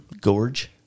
Gorge